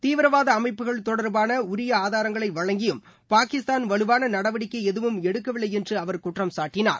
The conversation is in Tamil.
தீவிரவாத அமைப்புகள் தொடர்பான உரிய ஆதாரங்களை வழங்கியும் பாகிஸ்தான் வலுவான நடவடிக்கை எதுவும் எடுக்க வில்லை என்று அவர் குற்றம்சாட்டினார்